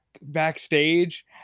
backstage